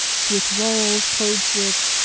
switch roles, code switch,